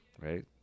right